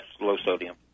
low-sodium